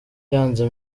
yanze